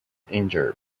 injured